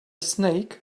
snake